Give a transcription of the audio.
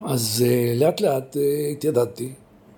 אז לאט לאט התיידדתי.